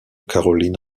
caroline